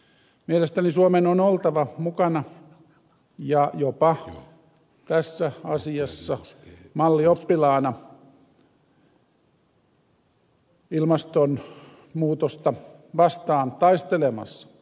mielestäni suomen on oltava mukana ja jopa tässä asiassa mallioppilaana ilmastonmuutosta vastaan taistelemassa